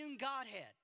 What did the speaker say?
Godhead